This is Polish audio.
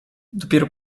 dopiero